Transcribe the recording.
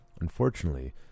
Unfortunately